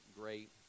great